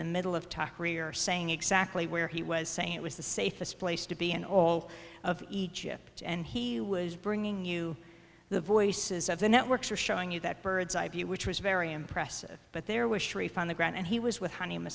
the middle of talk rior saying exactly where he was saying it was the safest place to be in all of egypt and he was bringing you the voices of the networks are showing you that bird's eye view which was very impressive but there was sharif on the ground and he was with honey